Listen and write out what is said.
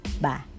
Bye